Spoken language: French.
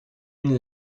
une